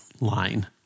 line